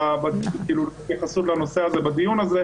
להתייחסות לנושא בדיון הזה,